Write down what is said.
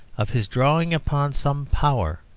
of his drawing upon some power.